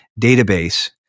database